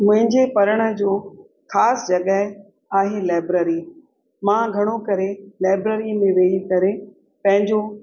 मुंहिंजे पढ़नि जो ख़ासि जॻहि आहे लेबररी मां घणो करे लेबररी में वेही करे पंहिंजो